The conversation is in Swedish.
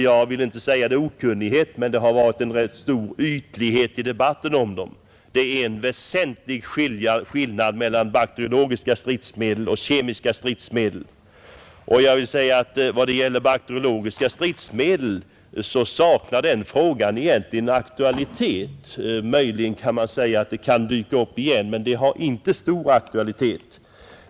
Jag vill inte påstå att det råder okunnighet, men det har varit en stor ytlighet i debatten om dem, Det är en väsentlig skillnad mellan bakteriologiska stridsmedel och kemiska stridsmedel, och jag vill säga att frågan om bakteriologiska stridsmedel egentligen saknar aktualitet. Möjligen kan den dyka upp igen, men den har inte någon omedelbar aktualitet.